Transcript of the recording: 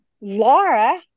Laura